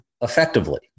effectively